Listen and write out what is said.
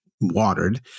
watered